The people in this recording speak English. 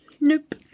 Nope